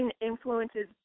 influences